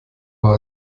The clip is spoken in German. war